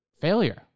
failure